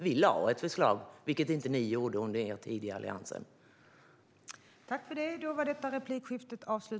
Vi lade fram ett förslag, vilket ni inte gjorde under er tid i regeringsställning.